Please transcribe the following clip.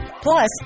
Plus